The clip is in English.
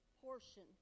portion